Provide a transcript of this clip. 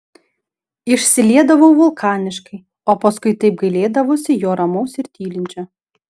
išsiliedavau vulkaniškai o paskui taip gailėdavausi jo ramaus ir tylinčio